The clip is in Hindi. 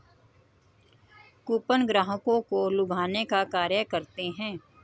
कूपन ग्राहकों को लुभाने का कार्य करते हैं